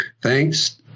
Thanks